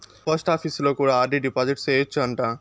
పోస్టాపీసులో కూడా RD deposit సేయచ్చు అంట